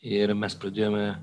ir mes pradėjome